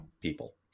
people